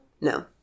No